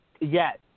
Yes